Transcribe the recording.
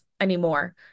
anymore